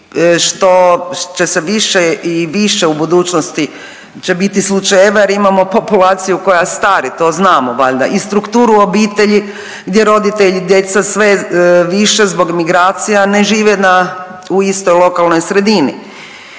što će se više i više u budućnosti će biti slučajeva jer imamo populaciju koja stari, to znamo valjda, i strukturu obitelji gdje i djeca sve više zbog migracija ne žive na u istoj lokalnoj sredini.